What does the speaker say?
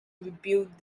rebuild